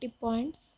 points